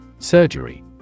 surgery